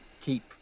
keep